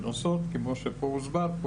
והן עושות כמו שפה הוסבר,